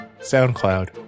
SoundCloud